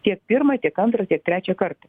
tiek pirmą tiek antrą tiek trečią kartą